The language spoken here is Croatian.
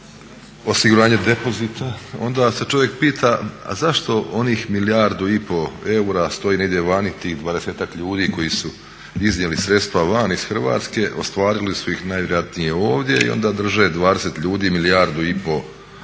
osiguranje depozita onda se čovjek pita a zašto onih milijardu i pol eura stoji negdje vani tih dvadesetak ljudi koji su iznijeli sredstva van iz Hrvatske, ostvarili su ih najvjerojatnije ovdje i onda drže 20 ljudi milijardu i pol